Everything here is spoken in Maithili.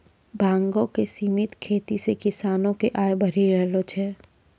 भांगो के सिमित खेती से किसानो के आय बढ़ी रहलो छै